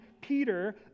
Peter